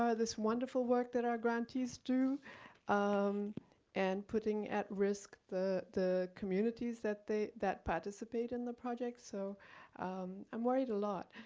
this wonderful work that our grantees do um and putting at risk the the communities that they, that participate in the project. so i'm worried a lot,